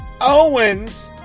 Owens